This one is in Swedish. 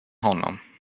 honom